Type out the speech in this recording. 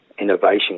innovation